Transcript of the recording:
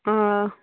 آ